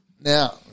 Now